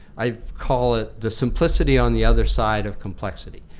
i call it the simplicity on the other side of complexity.